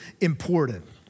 important